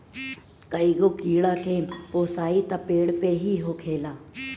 कईगो कीड़ा के पोसाई त पेड़ पे ही होखेला